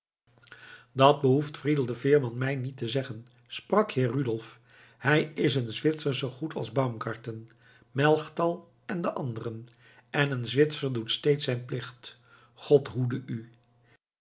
dat behoeft friedel de veerman mij niet te zeggen sprak heer rudolf hij is een zwitser zoo goed als baumgarten melchtal en al de anderen en een zwitser doet steeds zijn plicht god hoede u